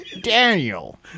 Daniel